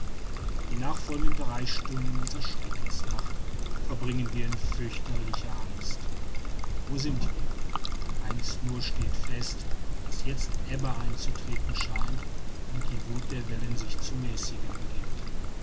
die nachfolgenden drei stunden dieser schreckensnacht verbringen wir in fürchterlicher angst wo sind wir eins nur steht fest daß jetzt ebbe einzutreten scheint und die wuth der wellen sich zu mäßigen beginnt